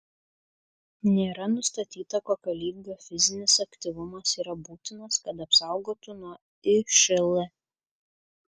nėra nustatyta kokio lygio fizinis aktyvumas yra būtinas kad apsaugotų nuo išl